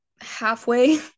halfway